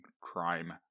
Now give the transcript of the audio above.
crime